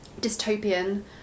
dystopian